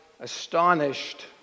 Astonished